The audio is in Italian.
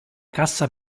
cassa